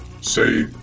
Say